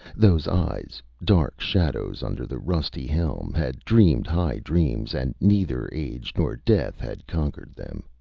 those eyes, dark shadows under the rusty helm, had dreamed high dreams, and neither age nor death had conquered them.